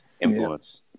influence